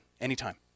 anytime